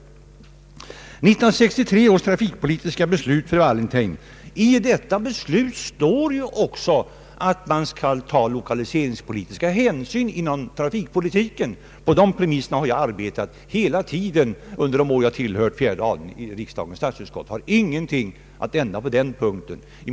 I 1963 års trafikpolitiska beslut, fru Wallentheim, står också att man skall ta lokaliseringspolitiska hänsyn i trafikpolitiken. Med de premisserna har jag arbetat hela tiden under de år jag tillhört fjärde avdelningen i riksdagens statsutskott. Jag har ingenting att ändra på den punkten.